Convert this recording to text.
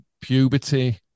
puberty